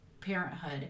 parenthood